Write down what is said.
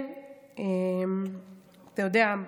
אתה יודע,